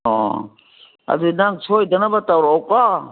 ꯑꯣ ꯑꯗꯣ ꯅꯪ ꯁꯣꯏꯗꯅꯕ ꯇꯧꯔꯛꯎꯀꯣ